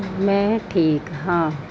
ਮੈਂ ਠੀਕ ਹਾਂ